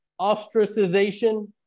ostracization